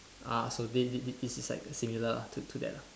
ah so this this this is like similar lah to to that lah